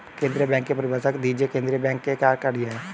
केंद्रीय बैंक की परिभाषा दीजिए केंद्रीय बैंक के क्या कार्य हैं?